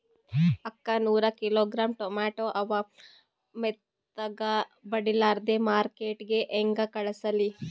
ಅಕ್ಕಾ ನೂರ kilogram tomato ಅವ, ಮೆತ್ತಗಬಡಿಲಾರ್ದೆ ಮಾರ್ಕಿಟಗೆ ಹೆಂಗ ಕಳಸಲಿ?